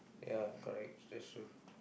ya correct that's true